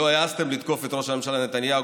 לא העזתם לתקוף את ראש הממשלה נתניהו